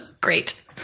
Great